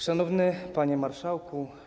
Szanowny Panie Marszałku!